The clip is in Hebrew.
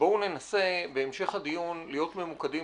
בואו ננסה בהמשך הדיון להיות ממוקדים,